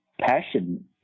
passion